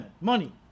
money